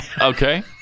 Okay